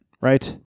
right